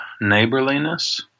neighborliness